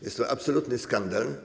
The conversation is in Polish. Jest to absolutny skandal.